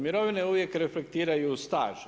Mirovine uvijek reflektiraju staž.